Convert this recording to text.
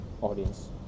audience